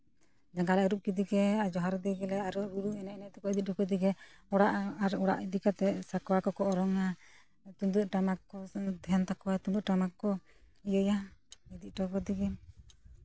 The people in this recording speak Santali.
ᱡᱟᱸᱜᱟᱞᱮ ᱟᱹᱨᱩᱵᱽ ᱠᱮᱫᱮᱜᱮ ᱡᱚᱦᱟᱨ ᱟᱫᱮ ᱜᱮᱞᱮ ᱟᱨᱚ ᱨᱩ ᱮᱱᱮᱡ ᱮᱱᱮᱡ ᱛᱮᱠᱚ ᱤᱫᱤ ᱦᱚᱴᱚ ᱠᱟᱫᱮᱜᱮ ᱚᱲᱟᱜ ᱟᱨ ᱚᱲᱟᱜ ᱤᱫᱤ ᱠᱟᱛᱮ ᱥᱟᱠᱣᱟ ᱠᱚᱠᱚ ᱚᱨᱚᱝᱟ ᱛᱩᱢᱫᱟᱜ ᱴᱟᱢᱟᱠ ᱠᱚ ᱛᱟᱦᱮᱱ ᱛᱟᱠᱚᱣᱟ ᱛᱩᱢᱫᱟᱜ ᱴᱟᱢᱟᱠ ᱠᱚ ᱤᱭᱟᱹᱭᱟ ᱤᱫᱤ ᱦᱚᱴᱚ ᱠᱟᱫᱮᱜᱮ